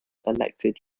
elected